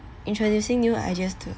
introducing new ideas to